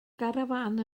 garafán